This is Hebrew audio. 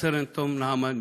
רב-סרן תום נעמן בלבד.